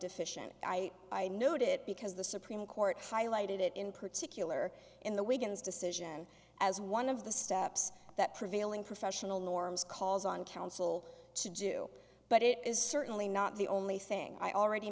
deficient i noted because the supreme court highlighted it in particular in the wigan's decision as one of the steps that prevailing professional norms calls on council to do but it is certainly not the only thing i already